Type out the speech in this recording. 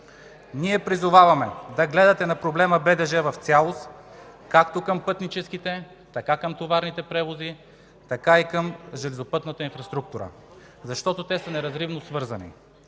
Ние призоваваме да гледате на проблема БДЖ в цялост – както към пътническите, така към товарните превози, така и към железопътната инфраструктура, защото те са неразривно свързани.